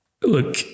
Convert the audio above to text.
look